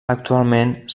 actualment